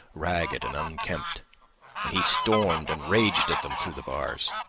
ragged and unkempt and he stormed and raged at them through the bars.